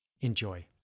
Enjoy